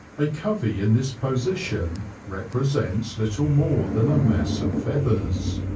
a covey in this position represents little more than a mass of feathers.